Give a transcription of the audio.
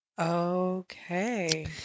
Okay